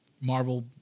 Marvel